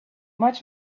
much